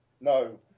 no